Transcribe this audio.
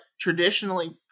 traditionally